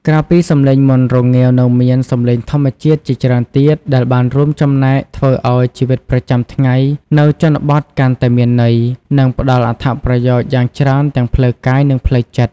ក្រៅពីសំឡេងមាន់រងាវ នៅមាន សំឡេងធម្មជាតិ ជាច្រើនទៀតដែលបានរួមចំណែកធ្វើឱ្យជីវិតប្រចាំថ្ងៃនៅជនបទកាន់តែមានន័យ និងផ្តល់អត្ថប្រយោជន៍យ៉ាងច្រើនទាំងផ្លូវកាយ និងផ្លូវចិត្ត។